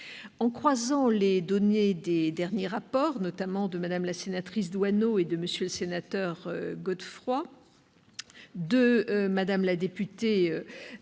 En croisant les données des derniers rapports, notamment de Mme la sénatrice Doineau et de M. le sénateur Godefroy, de Mme la députée